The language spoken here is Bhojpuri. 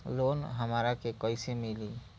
लोन हमरा के कईसे मिली?